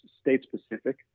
state-specific